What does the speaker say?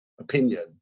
opinion